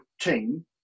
team